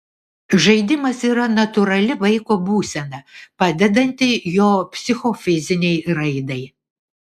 žaidimas yra natūrali vaiko būsena padedanti jo psichofizinei raidai